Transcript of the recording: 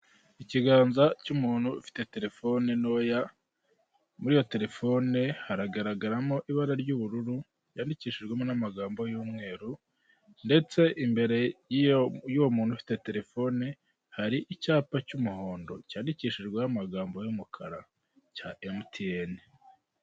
Ikiganza cy'umuntu ufite terefone ntoya muri iyo terefone haragaragaramo ibara ry'ubururu ryandikishijwemo n'amagambo afite ibara ry'umweru, ndetse imbere y'uwo muntu ufite terefone hari icyapa cy'umuhondo cyandikishijweho amagambo y'umukara cya emutiyene.